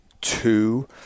two